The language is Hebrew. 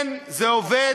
כן, זה עובד.